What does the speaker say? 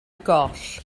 goll